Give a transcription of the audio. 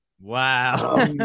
Wow